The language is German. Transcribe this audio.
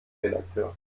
redakteur